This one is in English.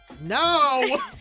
No